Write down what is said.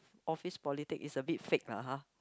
office politic is a bit fake lah ha